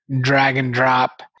drag-and-drop